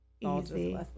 easy